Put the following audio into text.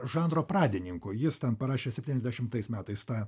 žanro pradininku jis ten parašė septyniasdešimtais metais tą